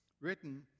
written